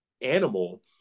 animal